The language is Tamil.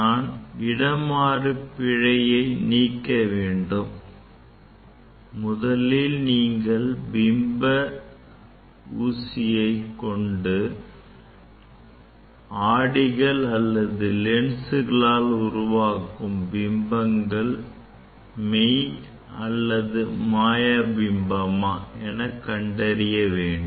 நாம் இடமாறு பிழையை நீக்க வேண்டும் முதலில் நீங்கள் பிம்ப ஊசியை கொண்டு ஆடிகள் அல்லது லென்ஸ்களால் உருவாகும் பிம்பங்கள் மெய் அல்லது மாய பிம்பமா என கண்டறிய வேண்டும்